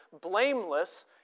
blameless